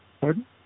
Pardon